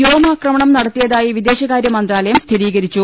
വ്യോമക്രമണം നടത്തിയതായി വിദേശകാര്യമന്ത്രാലയം സ്ഥിരീകരിച്ചു